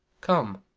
come,